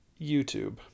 YouTube